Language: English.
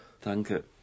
Danke